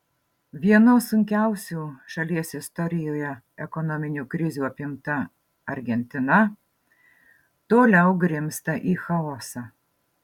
vienos sunkiausių šalies istorijoje ekonominių krizių apimta argentina toliau grimzta į chaosą